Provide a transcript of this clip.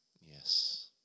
Yes